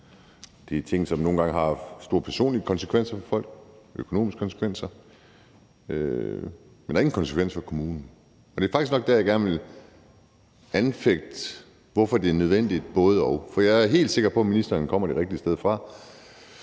Det er ting, som nogle gange har store personlige konsekvenser for folk, altså økonomiske konsekvenser, men der er ingen konsekvenser for kommunen. Det er faktisk nok der, hvor jeg gerne vil anfægte, at det er nødvendigt, når ministeren – og jeg er helt sikker på, at ministeren kommer det rigtige sted fra